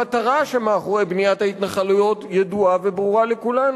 המטרה שמאחורי בניית ההתנחלויות ידועה וברורה לכולנו: